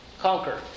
conquer